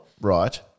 Right